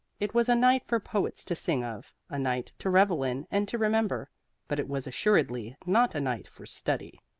it was a night for poets to sing of, a night to revel in and to remember but it was assuredly not a night for study.